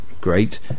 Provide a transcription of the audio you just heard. Great